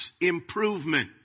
improvement